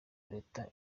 leta